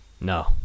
No